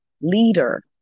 leader